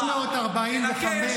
תנקה, יש לך פה קצת רעל, נקה.